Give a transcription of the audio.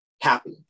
happy